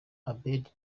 abedi